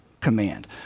command